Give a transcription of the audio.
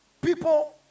people